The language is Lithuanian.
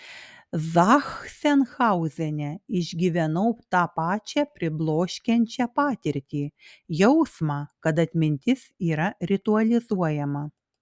zachsenhauzene išgyvenau tą pačią pribloškiančią patirtį jausmą kad atmintis yra ritualizuojama